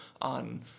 on